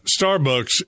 Starbucks